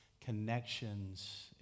connections